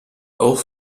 auch